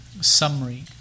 summary